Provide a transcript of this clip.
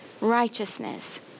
righteousness